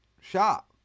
shop